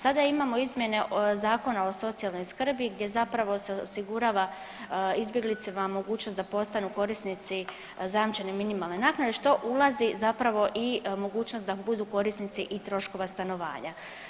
Sada imamo izmjene Zakona o socijalnoj skrbi gdje zapravo se osigurava izbjeglicama mogućnost da postanu korisnici zajamčene minimalne naknade, što ulazi zapravo i mogućnost da budu korisnici i troškova stanovanja.